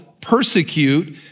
persecute